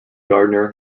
gardner